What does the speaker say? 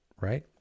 right